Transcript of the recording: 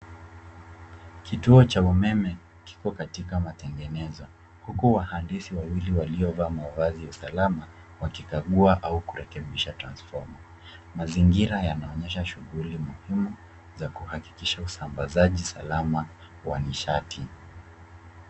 Kituo cha umeme kiko katika matengenezo, huku wahandisi wawili waliovaa mavazi ya usalama wakikagua au kurekebisha transfoma. Mazingira yanaonyesha shughuli muhimu za kuhakikisha usambazaji salama wa nishati.